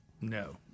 No